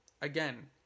again